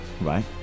right